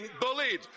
bullied